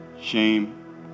shame